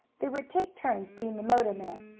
they would take turns being the motorman.